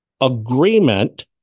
agreement